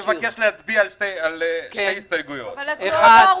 אנחנו מפחיתים את השינוי בסכומים של מרכיבי התכנית הנקובים